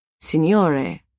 Signore